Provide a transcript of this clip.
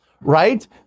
right